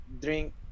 drink